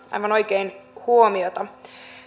aivan oikein huomiota